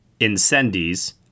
Incendies